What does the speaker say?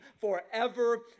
forever